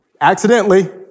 accidentally